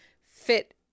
fit